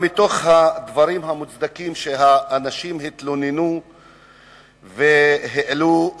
אדוני